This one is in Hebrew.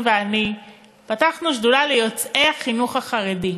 ואני פתחנו שדולה ליוצאי החינוך החרדי.